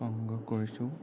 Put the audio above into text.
সংগ্ৰহ কৰিছোঁ